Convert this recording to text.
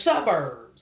suburbs